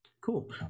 cool